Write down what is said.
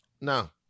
No